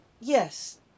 Yes